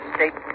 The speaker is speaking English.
State